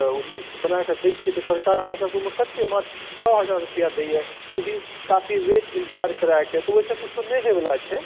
तऽ ओ लिस्ट बनाकऽ दै छियै तऽ सरकार हमरा सभकेॅ कते मात्र छओ हजार रूपैआ देइया ओ भी काफी वेट इन्जार करा के एहिसे कुछो नहि होवऽ वाला छै